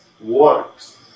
works